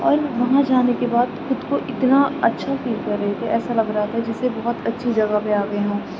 اور وہاں جانے کے بعد خود کو اتنا اچھا فیل کر رہی تھی ایسا لگ رہا تھا جیسے بہت اچھی جگہ پہ آ گئے ہوں